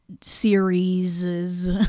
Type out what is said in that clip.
series